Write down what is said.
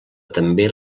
també